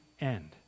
end